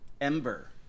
Ember